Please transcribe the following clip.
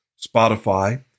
Spotify